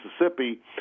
Mississippi